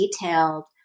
detailed